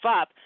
up